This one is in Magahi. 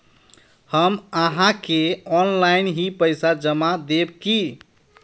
हम आहाँ के ऑनलाइन ही पैसा जमा देब की?